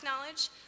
knowledge